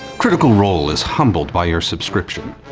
critical role is humbled by your subscription,